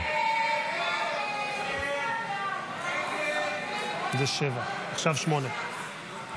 הסתייגות 27 לא נתקבלה.